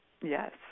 Yes